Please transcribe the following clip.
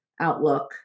outlook